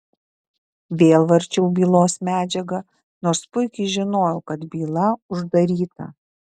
vėl varčiau bylos medžiagą nors puikiai žinojau kad byla uždaryta